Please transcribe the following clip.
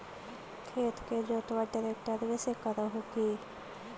खेत के जोतबा ट्रकटर्बे से कर हू की?